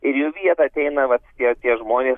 ir į jų vietą ateina vat tie tie žmonės